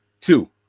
Two